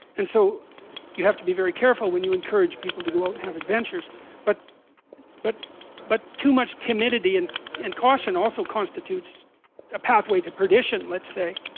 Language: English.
and so you have to be very careful when you encourage people to go and have adventures but but but too much timidity and and caution, also constitutes a pathway to perdition let's say